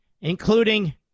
including